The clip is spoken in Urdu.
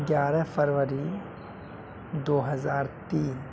گیارہ فروری دو ہزار تین